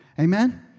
Amen